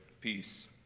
peace